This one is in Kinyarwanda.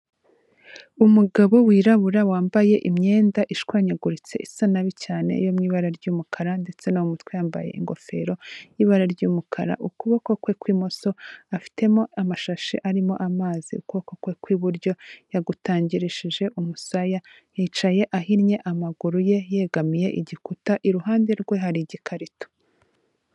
Umugabo wirabura wambaye imyenda ishwanyaguritse isa nabi cyane yo mu ibara ry'umukara, ndetse no mu mutwe yambaye ingofero y'ibara ry'umukara, ukuboko kwe kw'imoso afitemo amashashi arimo amazi, ukuboko kwe kw'iburyo yagutangirishije umusaya, yicaye ahinnye amaguru ye yegamiye igikuta, iruhande rwe hari igikarito.